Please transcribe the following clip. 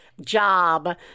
Job